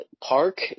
park